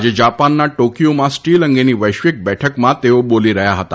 આજે જાપાનના ટોકિયોમાં સ્ટીલ અંગેની વૈશ્વિક બેઠકમાં તેઓ બોલી રહ્યા હતા